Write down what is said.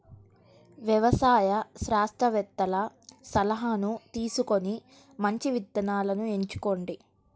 వ్యవసాయ శాస్త్రవేత్తల సలాహాను తీసుకొని మంచి విత్తనాలను ఎంచుకోండి